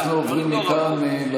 אנחנו עוברים מכאן,